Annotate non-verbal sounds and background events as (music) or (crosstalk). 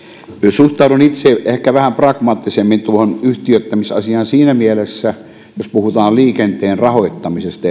suhtaudun itse ehkä vähän pragmaattisemmin tuohon yhtiöittämisasiaan siinä mielessä jos puhutaan esimerkiksi liikenteen rahoittamisesta (unintelligible)